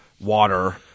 water